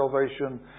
salvation